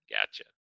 gotcha